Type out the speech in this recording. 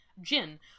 gin